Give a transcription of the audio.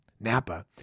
napa